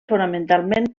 fonamentalment